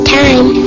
time